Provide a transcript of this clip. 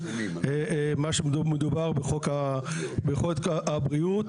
מה שמדובר בחוק הבריאות,